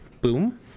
boom